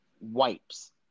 wipes